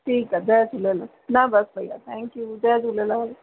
ठीकु आहे जय झूलेलाल न बसि भईया थैंक्यू जय झूलेलाल